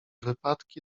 wypadki